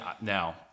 now